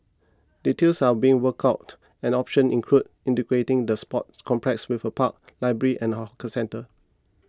details are being worked out and options include integrating the sports complex with a park library and hawker centre